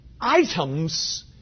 items